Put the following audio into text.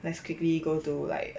let's quickly go to like